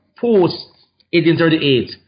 post-1838